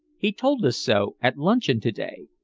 he told us so at luncheon to-day.